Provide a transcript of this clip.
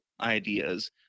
ideas